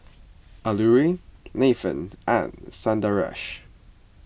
Alluri Nathan and Sundaresh